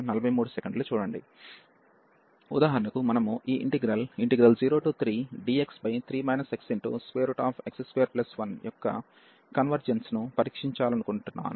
ఉదాహరణకు మనము ఈ ఇంటిగ్రల్ 03dx3 xx21 యొక్క కన్వెర్జెన్స్ ను పరీక్షించాలనుకుంటున్నాను